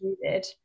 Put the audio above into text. needed